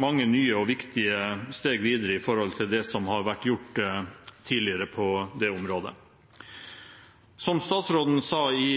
mange nye og viktige steg videre i forhold til det som har vært gjort tidligere på det området. Som statsråden sa i